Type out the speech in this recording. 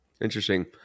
Interesting